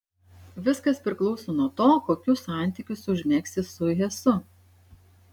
viskas priklauso nuo to kokius santykius užmegsi su hesu